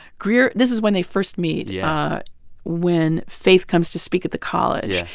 greer this is when they first meet, yeah when faith comes to speak at the college.